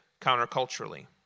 counterculturally